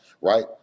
right